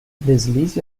deslize